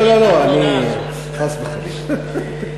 לא לא, חס וחלילה.